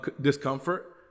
discomfort